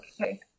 Okay